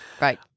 right